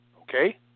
Okay